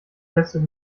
testet